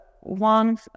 one